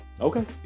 Okay